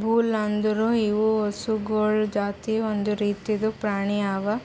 bull ಅಂದುರ್ ಇವು ಹಸುಗೊಳ್ ಜಾತಿ ಒಂದ್ ರೀತಿದ್ ಪ್ರಾಣಿ ಅವಾ